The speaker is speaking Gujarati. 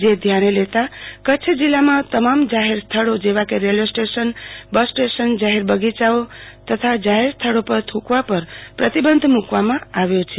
જે ધ્યાને લેતા કચ્છ જિલ્લામાં તમામ જાહેર સ્થળો જેવા કે રેલવે સ્ટેશન બસ સ્ટેશન જાહેર બગીયાઓ અન્ય જાહેર સ્થળો પર થૂંકવા પર પ્રતિબંધ મૂકવામાં આવ્યો છે